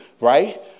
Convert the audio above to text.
Right